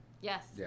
Yes